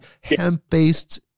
hemp-based